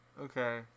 Okay